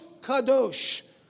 Kadosh